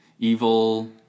evil